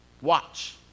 watch